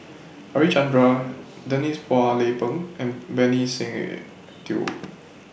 Harichandra Denise Phua Lay Peng and Benny Se Teo